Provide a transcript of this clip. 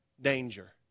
danger